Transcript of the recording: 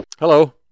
Hello